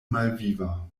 malviva